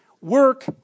Work